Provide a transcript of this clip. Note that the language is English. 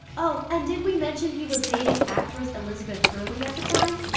oh, and did we mention he was dating actress elizabeth hurley at the time?